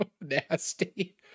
nasty